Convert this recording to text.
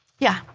yeah.